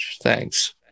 Thanks